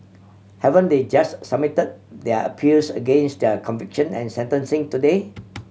haven't they just submit their appeals against their conviction and sentencing today